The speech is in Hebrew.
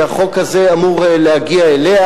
שהחוק הזה אמור להגיע אליה,